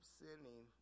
sinning